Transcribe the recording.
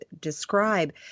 describe